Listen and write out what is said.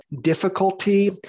difficulty